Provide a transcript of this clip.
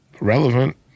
relevant